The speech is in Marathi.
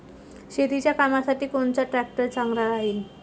शेतीच्या कामासाठी कोनचा ट्रॅक्टर चांगला राहीन?